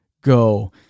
go